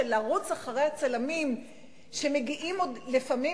של לרוץ אחרי הצלמים שמגיעים לפעמים,